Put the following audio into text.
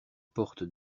porte